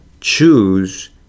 choose